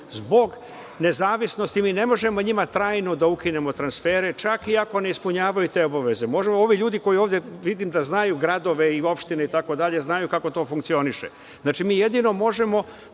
zbog nezavisnosti, mi ne možemo njima trajno da ukinemo transfere čak i ako ne ispunjavaju te obaveze. Možda ovi ljudi koji ovde vidim da znaju gradove i opštine, znaju kako to funkcioniše. Znači, mi jedino možemo